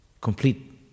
Complete